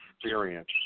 experience